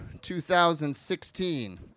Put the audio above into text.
2016